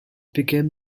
became